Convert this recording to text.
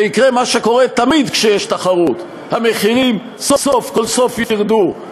ויקרה מה שקורה תמיד כשיש תחרות: המחירים סוף-כל-סוף ירדו,